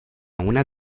una